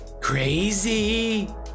Crazy